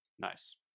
Nice